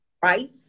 price